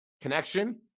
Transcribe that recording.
connection